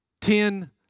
ten